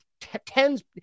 tens